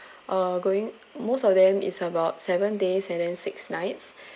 uh going most of them is about seven days and then six nights